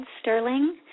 Sterling